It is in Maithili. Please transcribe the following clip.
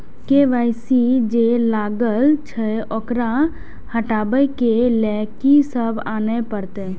के.वाई.सी जे लागल छै ओकरा हटाबै के लैल की सब आने परतै?